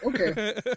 Okay